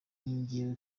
njyewe